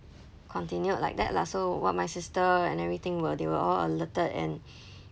continued like that lah so what my sister and everything were they were all alerted and